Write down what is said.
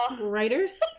Writers